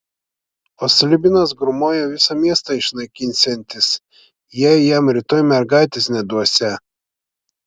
o slibinas grūmoja visą miestą išnaikinsiantis jei jam rytoj mergaitės neduosią